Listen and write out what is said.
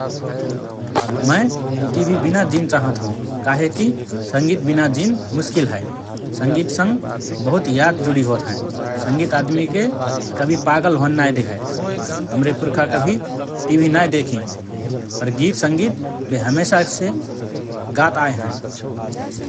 मए टिभि बिना जीन चाहत हओं काहेकी संगीत बिना जीन मुश्किल हए । संगीत संग बहुत याद जुडि होत हएँ । संगीत आदमीके कभि पागल होन नाए देहए । हमरे पुर्खा कभि टिभि नाए देखि पर गीत, संगीत बे हमेसा से गात आए हएँ ।